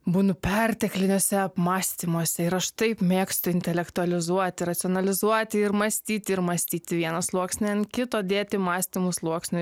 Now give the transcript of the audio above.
būnu pertekliniuose apmąstymuose ir aš taip mėgstu intelektualizuoti racionalizuoti ir mąstyti ir mąstyti vieną sluoksnį ant kito dėti mąstymų sluoksnių